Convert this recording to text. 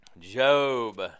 Job